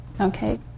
Okay